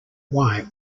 why